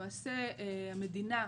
למעשה המדינה,